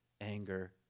anger